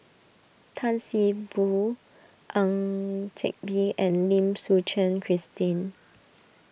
Tan See Boo Ang Teck Bee and Lim Suchen Christine